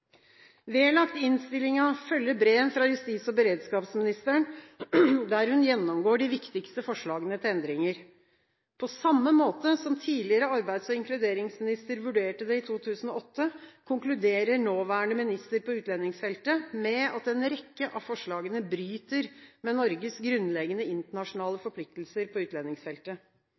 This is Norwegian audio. Vedlagt innstillingen følger brev fra justis- og beredskapsministeren, der hun gjennomgår de viktigste forslagene til endringer. På samme måte som tidligere arbeids- og inkluderingsminister vurderte det i 2008, konkluderer nåværende minister på utlendingsfeltet med at en rekke av forslagene bryter med Norges grunnleggende internasjonale forpliktelser på utlendingsfeltet.